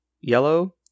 yellow